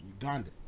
Uganda